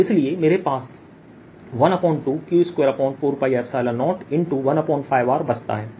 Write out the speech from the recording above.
और इसलिए मेरे पास 12Q24π015R बचता है